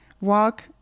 walk